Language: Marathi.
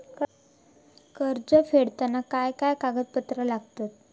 कर्ज फेडताना काय काय कागदपत्रा लागतात?